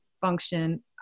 function